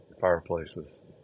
Fireplaces